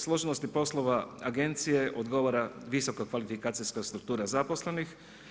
Složenosti poslova agencije odgovara visoko kvalifikacijska struktura zaposlenih.